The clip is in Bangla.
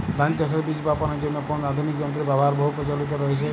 ধান চাষের বীজ বাপনের জন্য কোন আধুনিক যন্ত্রের ব্যাবহার বহু প্রচলিত হয়েছে?